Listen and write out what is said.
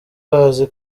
bazi